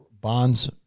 bonds